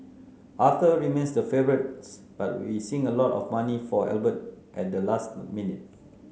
Arthur remains the favourite but we're seeing a lot of money for Albert at the last minute